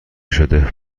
شده